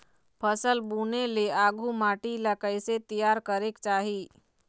फसल बुने ले आघु माटी ला कइसे तियार करेक चाही?